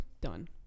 done